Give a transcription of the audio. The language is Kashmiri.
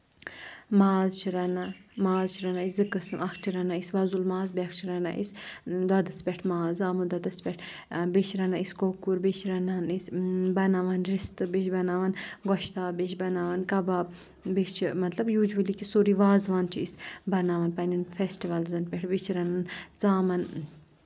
ماز چھِ رَنان ماز چھِ رَنان أسۍ زٕ قٕسٕم اَکھ چھِ رَنان أسۍ وۄزُل ماز بیٛاکھ چھِ رَنان أسۍ دۄدَس پٮ۪ٹھ ماز زامہٕ دۄدَس پٮ۪ٹھ بیٚیہِ چھِ رَنان أسۍ کۄکُر بیٚیہِ چھِ رَنان أسۍ بَناوان رِستہٕ بیٚیہِ چھِ بَناوان گۄشتاب بیٚیہِ چھِ بَناوان کَباب بیٚیہِ چھِ مطلب یوٗجؤلی کہِ سورُے وازوان چھِ أسۍ بَناوان پنٕنٮ۪ن فیسٹِوَلزَن پٮ۪ٹھ بیٚیہِ چھِ رَنان ژامَن